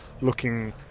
looking